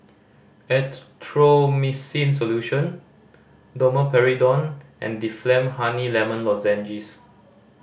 Erythroymycin Solution Domperidone and Difflam Honey Lemon Lozenges